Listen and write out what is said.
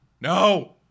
No